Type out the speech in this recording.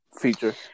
feature